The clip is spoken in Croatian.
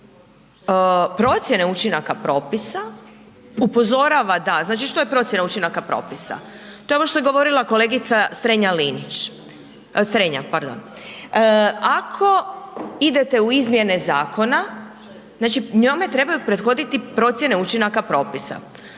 procjene učinaka propisa, upozorava da, znači što je procjena učinaka propisa? To je ono što je govorila kolegica Strenja Linić. Strenja, pardon. Ako idete u izmjene zakona, znači njome trebaju prethoditi procjene učinaka propisa,